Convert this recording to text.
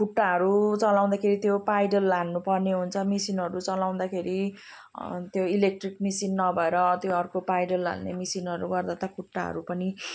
खुट्टाहरू चलाउँदाखेरि त्यो पाइडल हान्नुपर्ने हुन्छ मसिनहरू चलाउँदाखेरि त्यो इलेक्ट्रिक मसिन नभएर त्यो अर्को पाइडल हान्ने मिसिनहरू गर्दा त खुट्टाहरू पनि